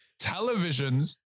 televisions